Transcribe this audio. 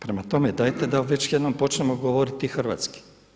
Prema tome, dajte da već jednom počnemo govoriti hrvatski.